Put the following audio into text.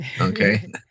Okay